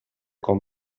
con